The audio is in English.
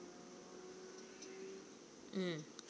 mm